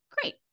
Great